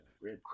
Rib